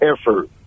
effort